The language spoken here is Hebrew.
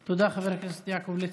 תודה, חבר הכנסת יעקב ליצמן.